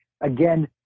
again